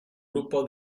grupo